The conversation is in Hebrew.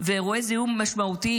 ואירועי זיהום משמעותיים,